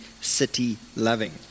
city-loving